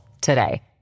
today